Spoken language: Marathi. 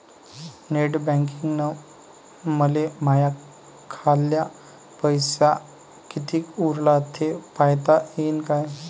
नेट बँकिंगनं मले माह्या खाल्ल पैसा कितीक उरला थे पायता यीन काय?